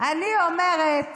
אני אומרת: